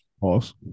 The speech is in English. Pause